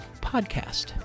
podcast